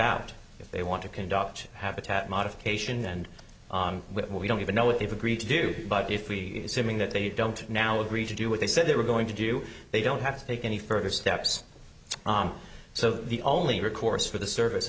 out if they want to conduct habitat modification and we don't even know what they've agreed to do but if we assuming that they don't now agree to do what they said they were going to do they don't have to take any further steps so the only recourse for the service